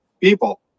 people